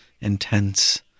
intense